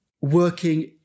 working